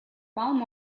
palm